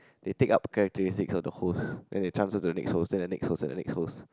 they take up characteristics of the host then they transfer to the next host then the next host and the next host